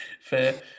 fair